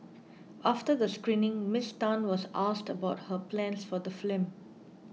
after the screening Miss Tan was asked about her plans for the film